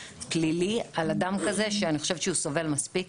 חקירתי-פלילי על אדם כזה שאני חושבת שהוא סובל מספיק.